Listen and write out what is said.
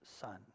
son